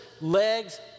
legs